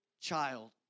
child